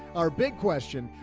our big question,